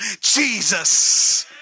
Jesus